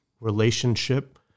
relationship